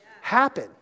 happen